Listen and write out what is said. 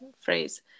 phrase